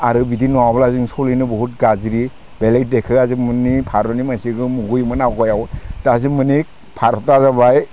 आरो बिदि नङाब्ला जों सोलिनो बहुद गाज्रि बेलेग देसआ भारतनि मानसिखौ मुगैयोमोन आगोलाव दा जोंनि माने भारता जाबाय